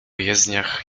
jezdniach